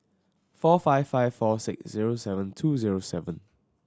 four five five four six zero seven two zero seven